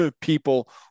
people